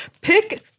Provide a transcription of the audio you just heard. Pick